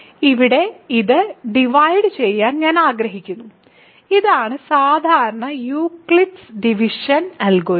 ഇവിടെ ഇത് ഡിവൈഡു ചെയ്യാൻ ഞാൻ ആഗ്രഹിക്കുന്നു ഇതാണ് സാധാരണ യൂക്ലിഡിയൻ ഡിവിഷൻ അൽഗോരിതം